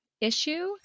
issue